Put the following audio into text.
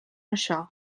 això